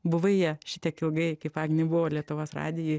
buvai ja šitiek ilgai kaip agnė buvo lietuvos radijuj